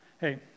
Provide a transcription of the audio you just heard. Hey